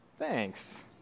thanks